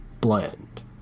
blend